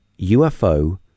ufo